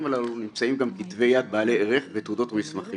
הללו נמצאים גם כתבי יד בעלי ערך ותעודות ומסמכים.